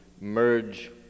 merge